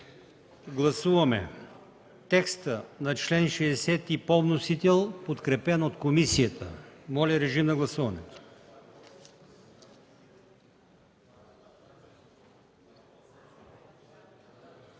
гласуваме текста на чл. 50 по вносител, подкрепен от комисията. Моля, режим на гласуване.